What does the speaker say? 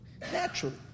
Naturally